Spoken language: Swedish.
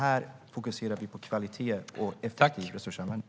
Här fokuserar vi på kvalitet och effektiv resursanvändning.